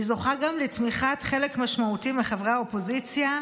היא זוכה גם לתמיכת חלק משמעותי מחברי האופוזיציה,